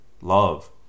Love